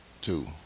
Two